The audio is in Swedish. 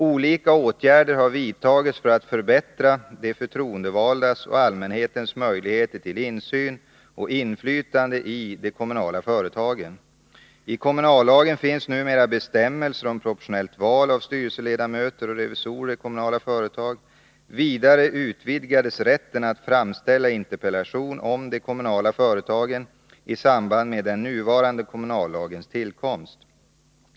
Olika åtgärder har vidtagits för att förbättra de förtroendevaldas och allmänhetens möjligheter till insyn och inflytande i de kommunala företagen. I kommunallagen finns numera bestämmelser om proportionellt val av styrelseledamöter och revisorer i kommunala företag. Vidare utvidgades rätten att framställa interpellation om de kommunala företagen i samband med den nuvarande kommunallagens tillkomst .